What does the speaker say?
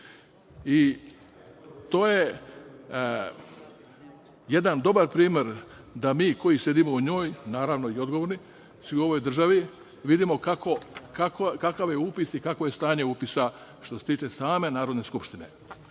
To je jedan dobar primer da mi koji sedimo u njoj, naravno, i odgovorni, vidimo kakav je upis i kakvo je stanje upisa što se tiče same Narodne skupštine. Tu